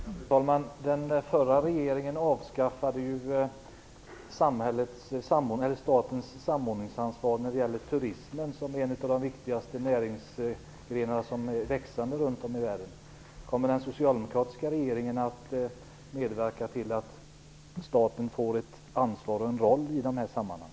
Fru talman! Den förra regeringen avskaffade ju statens samordningsansvar när det gäller turismen, en av de viktigaste växande näringsgrenarna runt om i världen. Kommer den socialdemokratiska regeringen att medverka till att staten får ett ansvar och en roll i dessa sammanhang?